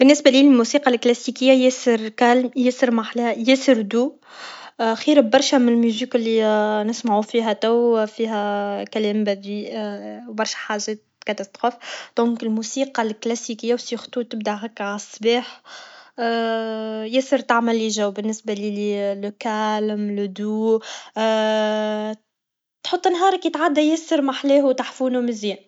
بالنسبه لي الموسيقى لكلاسيكيه ياسر كالم ياسر محلاها ياسر دو خير ببرشه من لميزيك لي نسمعو فيها لتو فيها كلام بذئ و برشا حاجات كاطاستخوف دنك الموسيقى الكلاسيكيه و سيغتو تبدا هكا عالصباح ياسر تعملي جو لو كالم لو دو تحط نهارك يتعدي ياسر محلاه و تحفون و مزيان